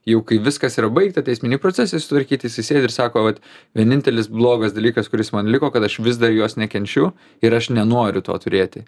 jau kai viskas yra baigta teisminiai procesai sutvarkyti jisai sėdi ir sako vat vienintelis blogas dalykas kuris man liko kad aš vis dar jos nekenčiu ir aš nenoriu to turėti